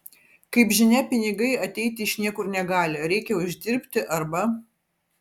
kaip žinia pinigai ateiti iš niekur negali reikia uždirbti arba